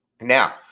Now